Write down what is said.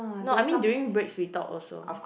no I mean during breaks we talk also